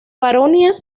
baronía